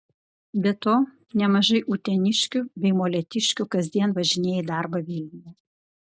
be to nemažai uteniškių bei molėtiškių kasdien važinėja į darbą vilniuje